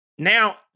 Now